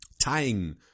tying